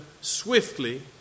swiftly